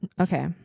Okay